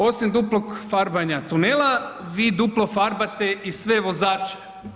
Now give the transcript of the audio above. Osim duplog farbanja tunela, vi duplo farbate i sve vozače.